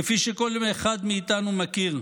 כפי שכל אחד מאיתנו מכיר,